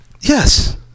Yes